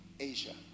Asia